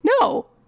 No